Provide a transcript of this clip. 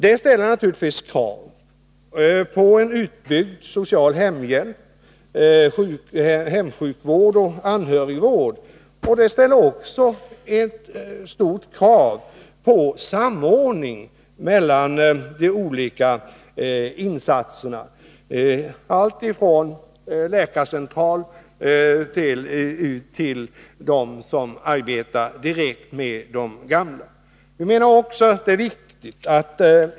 Detta ställer naturligtvis krav på en utbyggd social hemhjälp, hemsjukvård och anhörigvård, liksom också på en samordning mellan olika insatser, alltifrån dem som görs vid läkarcentral till dem som görs av personal som arbetar direkt med de gamla.